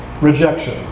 Rejection